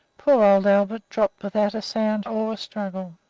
poor old albert dropped without a sound or a struggle.